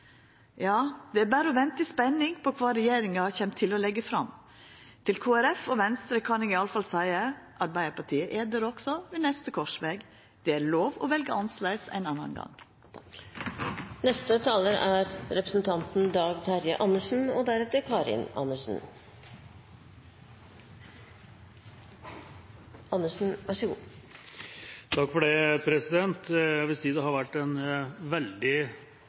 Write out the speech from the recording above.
Ja, det er berre å venta i spenning på kva regjeringa kjem til å leggja fram. Til Kristeleg Folkeparti og Venstre kan eg iallfall seia at Arbeidarpartiet er der også ved neste korsveg. Det er lov å velja annleis ein annan gong. Jeg vil si det har vært en veldig